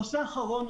הנושא האחרון,